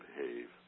behave